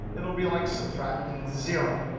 it'll be like subtracting zero